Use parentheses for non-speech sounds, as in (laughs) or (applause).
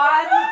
(laughs)